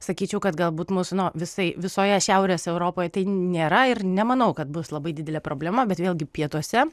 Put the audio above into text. sakyčiau kad galbūt mūsų nuo visai visoje šiaurės europoje tai nėra ir nemanau kad bus labai didelė problema bet vėlgi pietuose